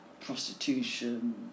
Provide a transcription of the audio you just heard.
prostitution